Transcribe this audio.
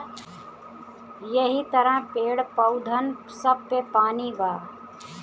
यहि तरह पेड़, पउधन सब मे पानी बा